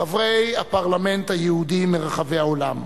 חברי הפרלמנט היהודים מרחבי העולם,